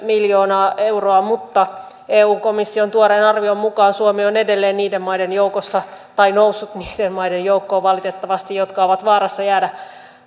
miljoonaa euroa mutta eu komission tuoreen arvion mukaan suomi on edelleen niiden maiden joukossa tai on valitettavasti noussut niiden maiden joukkoon jotka ovat vaarassa jäädä